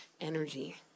energy